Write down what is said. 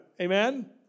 Amen